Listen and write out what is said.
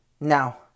Now